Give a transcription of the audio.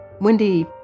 wendy